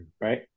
right